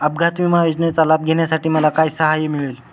अपघात विमा योजनेचा लाभ घेण्यासाठी मला काय सहाय्य मिळेल?